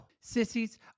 Sissies